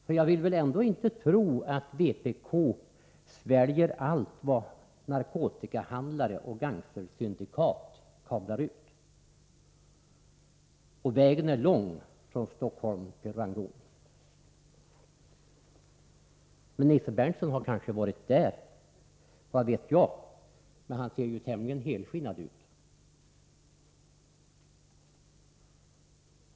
För jag vill ändå inte tro att vpk sväljer allt vad narkotikahandlare och gangstersyndikat kablar ut. Och vägen är lång från Stockholm till Rangoon. Nisse Berndtson har kanske varit där — vad vet jag? — men han ser ju tämligen helskinnad ut.